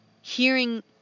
hearing